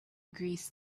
agrees